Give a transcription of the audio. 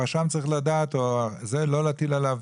הרשם צריך לדעת לא להטיל עליו